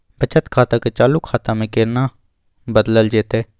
बचत खाता के चालू खाता में केना बदलल जेतै?